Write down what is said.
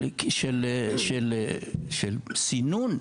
של סינון.